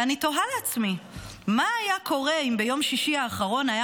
ואני תוהה לעצמי מה היה קורה אם ביום שישי האחרון היה